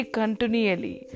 continually